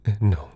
No